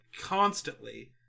constantly